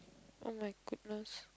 oh-my-goodness